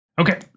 Okay